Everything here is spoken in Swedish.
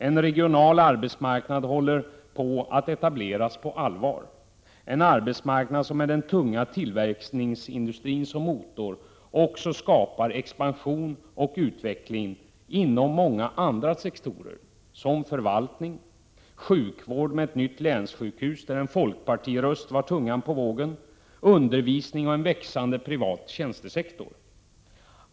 En regional arbetsmarknad håller på att etableras på allvar, en arbetsmarknad som med den tunga tillverkningsindustrin som motor också skapar expansion och utveckling inom många andra sektorer såsom förvaltning, sjukvård med ett nytt länssjukhus, för vars tillkomst en folkpartiröst var tungan på vågen, undervisning och en växande privat tjänstesektor.